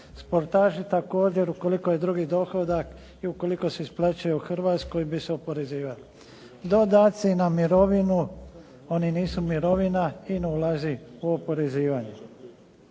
Sportaši također, ukoliko je drugi dohodak i ukoliko se isplaćuje u Hrvatskoj bi se oporezivalo. Dodaci na mirovinu, oni nisu mirovina i ne ulaze u oporezivanje.